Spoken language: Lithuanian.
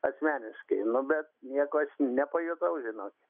asmeniškai nu bet nieko aš nepajutau žinokit